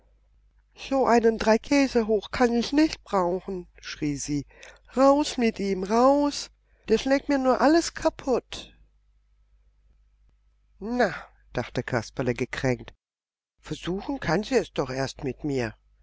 so einen dreikäsehoch kann ich nicht brauchen schrie sie raus mit ihm raus der schlägt mir nur alles kaputt na dachte kasperle gekränkt versuchen kann sie es doch erst mit mir